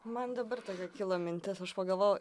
man dabar tokia kilo mintis aš pagalvojau